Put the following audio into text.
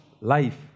life